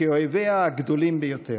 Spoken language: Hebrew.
כאויביה הגדולים ביותר.